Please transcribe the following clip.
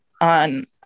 on